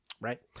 Right